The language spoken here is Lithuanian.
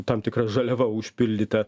tam tikra žaliava užpildyta